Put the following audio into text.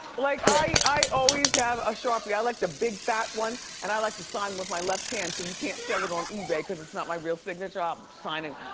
like i always have a sharpie, i like the big fat ones and i like to sign with my left hand so and you can't sell it on ebay, cause it's not my real signature i'm um signing.